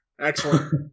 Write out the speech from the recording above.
Excellent